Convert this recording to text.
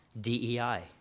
DEI